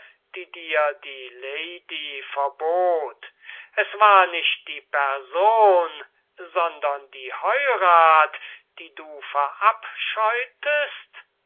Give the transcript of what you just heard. die dir die lady verbot es war nicht die person sondern die heirath die du verabscheutest